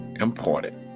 important